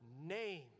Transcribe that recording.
name